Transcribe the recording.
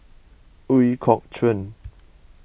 Ooi Kok Chuen